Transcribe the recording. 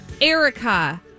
Erica